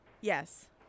yes